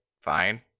fine